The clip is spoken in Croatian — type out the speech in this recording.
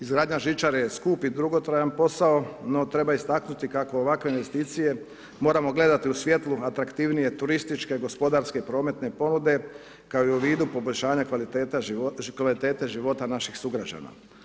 Izgradnja žičare je skup i dugotrajan posao no treba istaknuti kako ovakve investicije moramo gledati u svjetlu atraktivnije, turističke, gospodarske i prometne ponude kao i u vidu poboljšanja kvalitete života naših sugrađana.